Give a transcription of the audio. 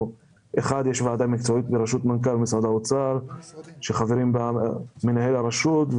יש ועדה מקצועית בראשות מנכ"ל משרד האוצר בה חברים מנהל הרשות,